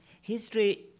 History